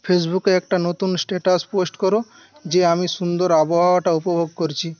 ফেসবুকে একটা নতুন স্ট্যাটাস পোস্ট করো যে আমি সুন্দর আবহাওয়াটা উপভোগ করছি